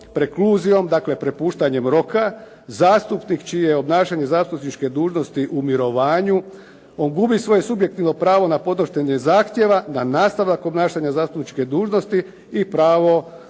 prekluzijom dakle propuštanjem roka zastupnik čije je obnašanje zastupničke dužnosti u mirovanju gubi svoje subjektivno pravo na podnošenje zahtjeva na nastavak obnašanja zastupničke dužnosti i pravo